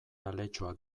aletxoa